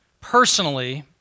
personally